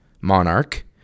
monarch